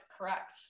correct